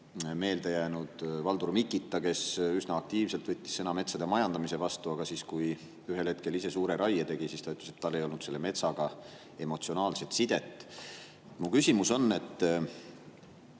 mälestusväärne Valdur Mikita, kes üsna aktiivselt võttis sõna metsade majandamise vastu, aga siis, kui ühel hetkel ise suure raie tegi, ütles, et tal ei olnud selle metsaga emotsionaalset sidet. Kas siit ei